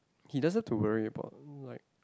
he doesn't to worry about like